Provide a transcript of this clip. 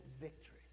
victory